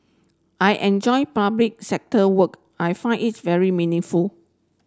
I enjoy public sector work I find it very meaningful